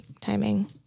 timing